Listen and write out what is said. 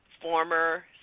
former